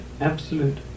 absolute